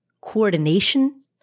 coordination